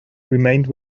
remained